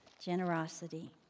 generosity